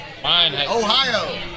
Ohio